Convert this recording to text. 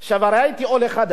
הייתי עולה חדש,